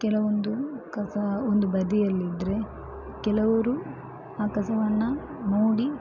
ಕೆಲವೊಂದು ಕಸ ಒಂದು ಬದಿಯಲ್ಲಿದ್ದರೆ ಕೆಲವರು ಆ ಕಸವನ್ನು ನೋಡಿ